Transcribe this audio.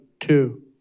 two